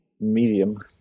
medium